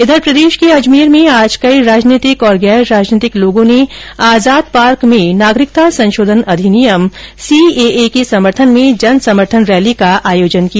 इधर प्रदेश के अजमेर में आज कई राजनीतिक और गैर राजनीतिक लोगों ने आजाद पार्क में नागरिकता संशोधन अधिनियम सीएए के समर्थन में जन समर्थन रैली का आयोजन किया